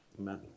Amen